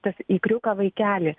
tas ikriuką vaikeli